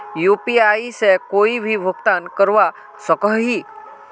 UPI से कोई भी भुगतान करवा सकोहो ही?